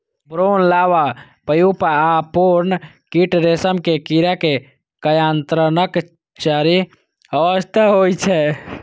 भ्रूण, larva, pupa आ पूर्ण कीट रेशम के कीड़ा के कायांतरणक चारि अवस्था होइ छै